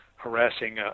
harassing